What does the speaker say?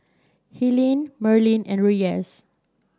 Helene Merlin and Reyes